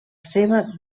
seva